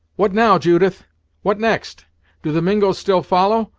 what now, judith what next do the mingos still follow,